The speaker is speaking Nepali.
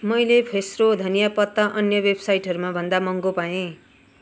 मैले फ्रेसो धनिया पत्ता अन्य वेबसाइटहरूमा भन्दा महँगो पाएँ